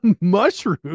mushroom